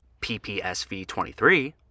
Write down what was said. PPSV23